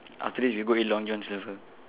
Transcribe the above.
after this we go eat Long John Silver